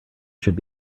should